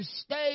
stay